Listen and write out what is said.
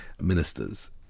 ministers